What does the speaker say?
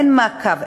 אין מעקב,